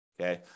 okay